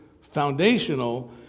foundational